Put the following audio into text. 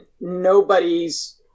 nobody's